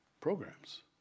Programs